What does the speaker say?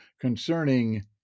concerning